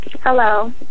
Hello